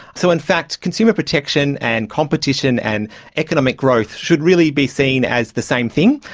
so in fact consumer protection and competition and economic growth should really be seen as the same thing,